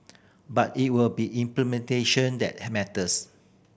but it will be implementation that matters